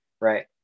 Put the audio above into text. Right